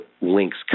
links